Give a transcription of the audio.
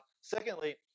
Secondly